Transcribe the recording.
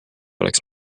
oleks